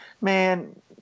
Man